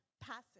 passive